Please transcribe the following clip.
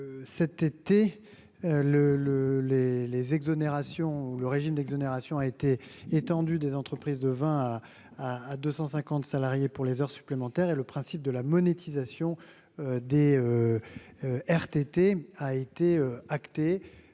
ou le régime d'exonération a été étendue des entreprises de 20 à à à 250 salariés pour les heures supplémentaires et le principe de la monétisation. Des RTT a été acté.